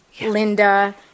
Linda